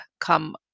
come